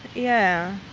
yeah.